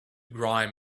grime